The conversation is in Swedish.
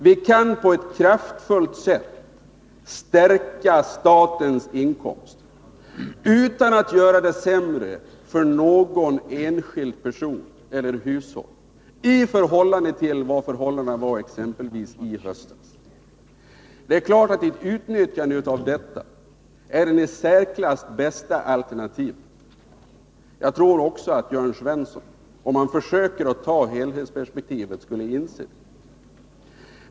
Vi kan på ett kraftfullt sätt stärka statens inkomster utan att göra det sämre för någon enskild grupp eller något enskilt hushåll i förhållande till situationen exempelvis i höstas. Att utnyttja detta är självfallet det i särklass bästa alternativet. Jag tror att också Jörn Svensson inser det, om han försöker se det i ett helhetsperspektiv.